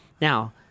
Now